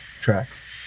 tracks